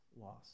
loss